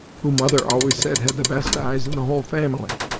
who mother always said had the best eyes in the whole family.